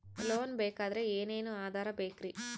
Loan ಬೇಕಾದ್ರೆ ಏನೇನು ಆಧಾರ ಬೇಕರಿ?